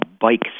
bike